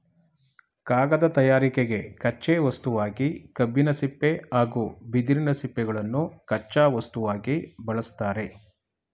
ಕಾಗದ ತಯಾರಿಕೆಗೆ ಕಚ್ಚೆ ವಸ್ತುವಾಗಿ ಕಬ್ಬಿನ ಸಿಪ್ಪೆ ಹಾಗೂ ಬಿದಿರಿನ ಸಿಪ್ಪೆಗಳನ್ನು ಕಚ್ಚಾ ವಸ್ತುವಾಗಿ ಬಳ್ಸತ್ತರೆ